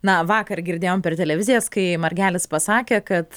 na vakar girdėjom per televizijas kai margelis pasakė kad